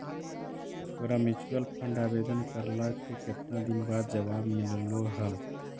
तोरा mutual fund आवेदन करला के केतना दिन बाद जवाब मिललो हल?